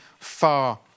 far